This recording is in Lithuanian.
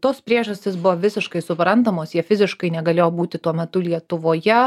tos priežastys buvo visiškai suprantamos jie fiziškai negalėjo būti tuo metu lietuvoje